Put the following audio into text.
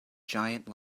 giant